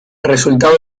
resultado